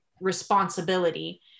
responsibility